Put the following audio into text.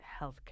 healthcare